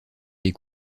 des